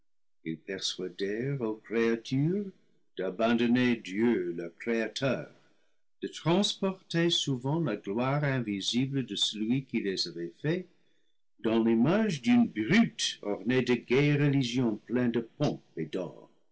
ils persuadèrent aux créatures d'abandonner dieu leur créateur de transporter souvent la gloire invisible de celui qui les avait faits dans l'image d'une brute ornée de gaies religions pleines de pompes et d'or